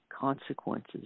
Consequences